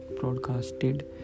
broadcasted